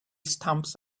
stumps